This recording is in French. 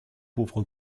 pauvre